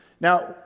now